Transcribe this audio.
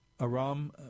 Aram